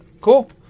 cool